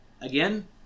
again